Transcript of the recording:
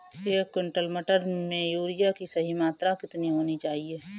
एक क्विंटल मटर में यूरिया की सही मात्रा कितनी होनी चाहिए?